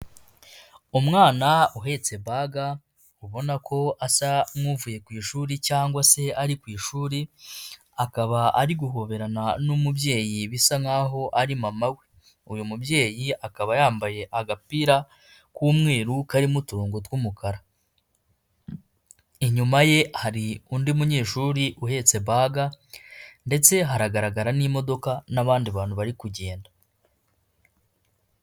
Umwana uhetse baga ubona ko asa nk'uvuye ku ishuri cyangwa se ari ku ishuri, akaba ari guhoberana n'umubyeyi bisa nk'aho ari mama we, uyu mubyeyi akaba yambaye agapira k'umweru karimo uturongo tw'umukara, inyuma ye hari undi munyeshuri uhetse baga ndetse haragaragara n'abandi bantu bari kugenda.